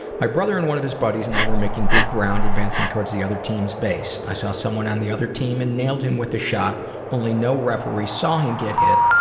my brother, and one of his buddies, and i were making good ground advancing toward the other team's base. i saw someone on the other team and nailed him with a shot only no referee saw him get hit,